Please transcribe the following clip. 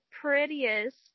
prettiest